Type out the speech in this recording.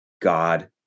God